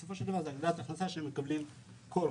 בסופו של דבר זאת הגדלת הכנסה שהן מקבלות כל חודש.